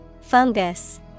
Fungus